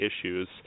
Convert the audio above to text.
issues